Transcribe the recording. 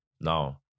now